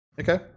Okay